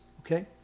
Okay